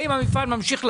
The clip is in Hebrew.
האם המפעל ממשיך לעבוד?